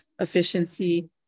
efficiency